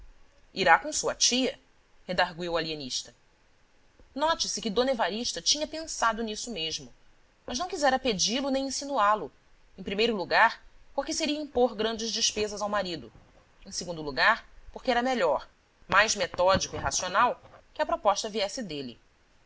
irá com sua tia redargüiu o alienista note-se que d evarista tinha pensado nisso mesmo mas não quisera pedi lo nem insinuálo em primeiro lugar porque seria impor grandes despesas ao marido em segundo lugar porque era melhor mais metódico e racional que a proposta viesse dele